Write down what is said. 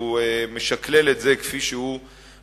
והוא משקלל את זה כפי שהוא משקלל,